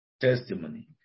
testimony